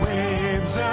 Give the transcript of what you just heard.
Waves